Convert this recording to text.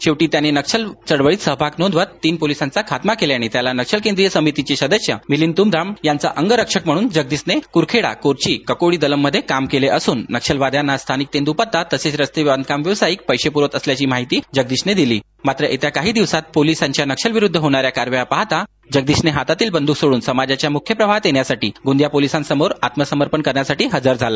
शेवटी त्याने नक्षल चळवळीत सहभाग नोंदवत तीन पोलिसांनचा खातमा केल्याने त्याला नक्षल केंद्रीय समितीचे सदश्य मिलींद तुमडाम यांचा अग रक्षक म्हणून जगदीशने के कुरखेडा कोरची ककोडी दलम मध्ये काम केले असून नक्षल वाद्यांना स्थनिक तेंदू पता तसंच रस्ते बांधकाम ववसायिक पैसे पुरवत असल्याची माहिती जगदीश ने दिली मात्र येत्या काही दिवसात पोलिसांच्या नक्षल विरुद्ध होणाऱ्या कार्यवाह्य पाहता जगदीशने हातातील बंदूक सोडून समाजच्या मुख्य प्रवाहात येण्यासाठी गोंदिया पोलिसानं समोर आत्मसमर्पण करण्यासाठी हजर झाला